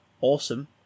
awesome